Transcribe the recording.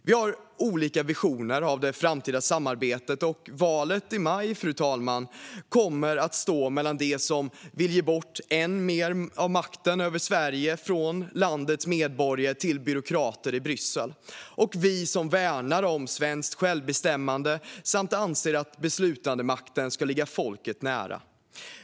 Vi har olika visioner om det framtida samarbetet, fru talman, och valet i maj kommer att stå mellan dem som vill ge bort än mer av makten över Sverige från landets medborgare till byråkrater i Bryssel och oss som värnar om svenskt självbestämmande samt anser att beslutandemakten ska ligga folket nära.